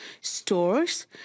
stores